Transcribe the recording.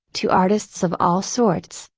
to artists of all sorts,